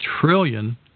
trillion